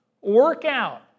Workout